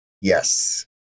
Yes